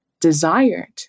desired